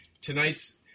tonight's